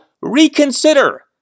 reconsider